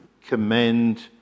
commend